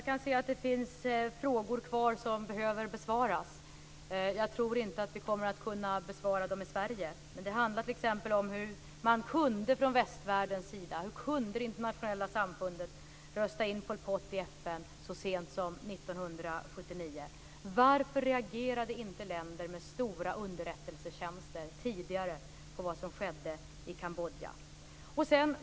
Fru talman! Det finns frågor kvar som behöver besvaras. Jag tror inte att vi i Sverige kommer att kunna besvara dem, men det handlar om hur man från västvärldens sida och det internationella samfundet kunde rösta in Pol Pot i FN så sent som 1979. Varför reagerade inte länder med stora underrättelsetjänster tidigare på det som skedde i Kambodja?